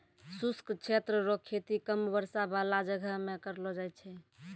शुष्क क्षेत्र रो खेती कम वर्षा बाला जगह मे करलो जाय छै